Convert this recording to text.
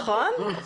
נכון?